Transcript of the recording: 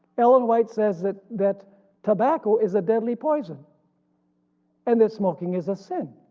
ellen white says that that tobacco is a deadly poison and that smoking is a sin.